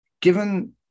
given